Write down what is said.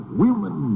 women